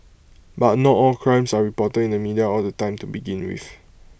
but not all crimes are reported in the media all the time to begin with